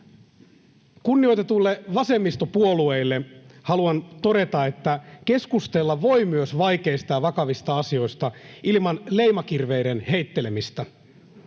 Kunnioitetuille vasemmistopuolueille haluan todeta, että keskustella voi myös vaikeista ja vakavista asioista ilman leimakirveiden heittelemistä.